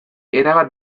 erabat